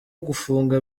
gufunga